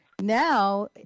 now